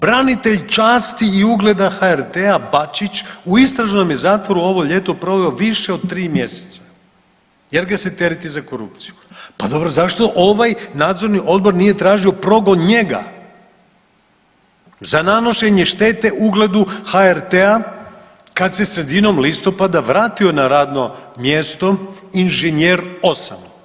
Branitelj časti i ugleda HRT-a Bačić u istražnom je zatvoru ovo ljeto proveo više od 3 mjeseca jer ga se tereti za korupciju, pa dobro zašto ovaj nadzorni odbor nije tražio progon njega za nanošenje štete ugledu HRT-a kad se sredinom listopada vratio na radno mjesto inženjer osam.